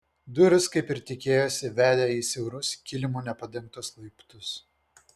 durys kaip ir tikėjosi vedė į siaurus kilimu nepadengtus laiptus